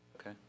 Okay